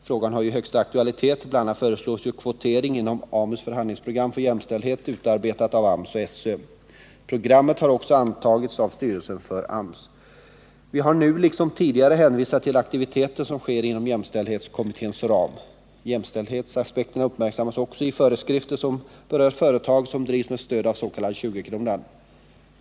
Frågan har ju högsta aktualitet. Bl. a. föreslås kvotering inom AMU:s förhandlingsprogram för jämställdhet, utarbetat av AMS och SÖ. Programmet har också antagits av styrelsen för AMS. Vi har nu liksom tidigare hänvisat till aktiviteter som sker inom jämställdhetskommitténs ram. Jämställdhetsaspekterna uppmärksammas också i föreskrifter som berör företag som drivs med stöd av dens.k. 20-kronan.